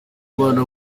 abana